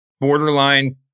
borderline